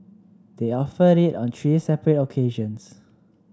they offered it on three separate occasions